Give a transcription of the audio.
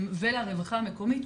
ולרווחה המקומית,